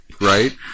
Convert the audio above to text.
right